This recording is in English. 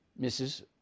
Mrs